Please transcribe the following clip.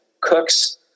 Cooks